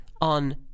on